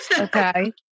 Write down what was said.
Okay